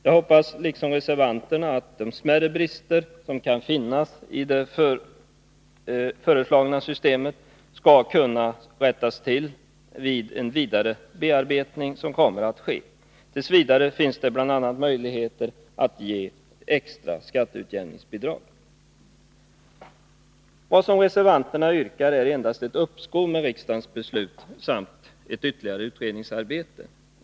Jag hoppas, liksom reservanterna, att de smärre brister som kan finnas i det föreslagna systemet skall kunna rättas till vid den vidare bearbetning som kommer att ske. T. v. finns bl.a. möjligheten att ge extra skatteutjämningsbidrag. Vad reservanterna yrkar är endast ett uppskov med riksdagens beslut samt ett ytterligare utredningsarbete.